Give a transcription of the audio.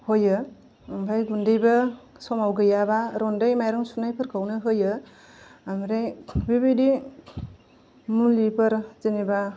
होयो ओमफ्राय गुन्दैबो गैयाबा समाव रन्दैबो माइरं सुमायफोरखौबो होयो ओमफ्राय बिबादि मुलिफोर जेनेबा